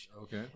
okay